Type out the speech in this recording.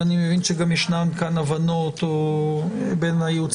אני מבין שגם ישנן הבנות בין הייעוץ